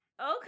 Okay